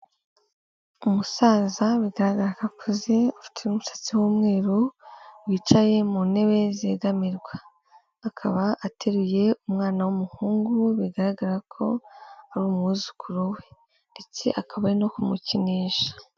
Umusaza bigaragara ko akuze ufite umusatsi w'umweru wicaye mu ntebe zegamirwa, akaba ateruye umwana w'umuhungu bigaragara ko ari umwuzukuru we ndetse akaba ari no kumukinisha.